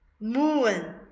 moon